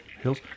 hills